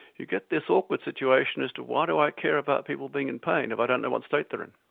you get this awkward situation as to why do i care about people being in pain if i don't know what state they're in?